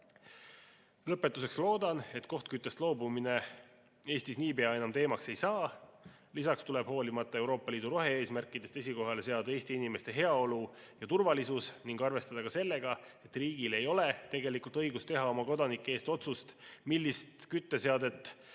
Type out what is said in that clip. Lõpetuseks loodan, et kohtküttest loobumine Eestis niipea enam teemaks ei saa. Lisaks tuleb hoolimata Euroopa Liidu rohe-eesmärkidest esikohale seada Eesti inimeste heaolu ja turvalisus ning arvestada ka sellega, et riigil ei ole tegelikult õigus teha oma kodanike eest otsust, millist kütteseadet